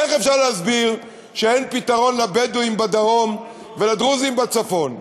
איך אפשר להסביר שאין פתרון לבדואים בדרום ולדרוזים בצפון?